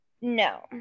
No